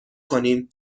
کنیم